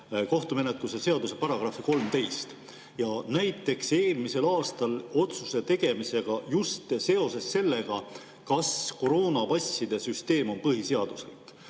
kohtumenetluse seaduse § 13. Näiteks eelmisel aastal otsuse tegemisega seoses sellega, kas koroonapasside süsteem on põhiseaduslik.